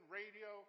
radio